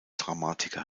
dramatiker